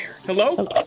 Hello